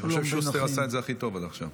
אני חושב ששוסטר עשה את זה הכי טוב עד עכשיו,